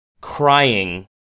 crying